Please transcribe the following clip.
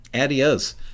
adios